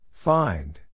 Find